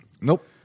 Nope